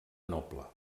noble